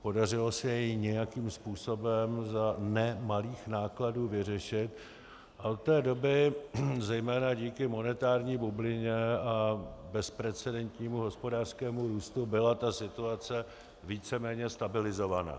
Podařilo se ji nějakým způsobem za ne malých nákladů vyřešit a od té doby zejména díky monetární bublině a bezprecedentnímu hospodářskému růstu byla situace víceméně stabilizovaná.